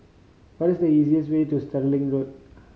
what is the easiest way to Stirling Road